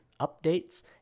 updates